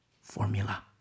Formula